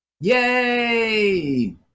Yay